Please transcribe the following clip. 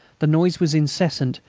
the noise was incessant,